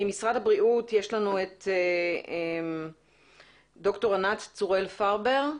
ממשרד הבריאות נמצא ד"ר ענת צוראל פרבר,